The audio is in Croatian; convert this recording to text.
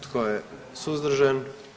Tko je suzdržan?